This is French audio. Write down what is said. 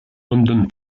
london